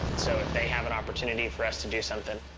so if they have an opportunity for us to do something,